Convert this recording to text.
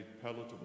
palatable